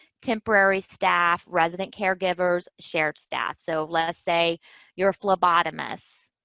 temporary staff, resident caregivers, shared staff. so, let's say you're a phlebotomist,